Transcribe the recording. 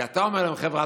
כי אתה אומר להם: חבר'ה,